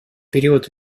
период